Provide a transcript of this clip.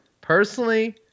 Personally